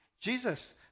Jesus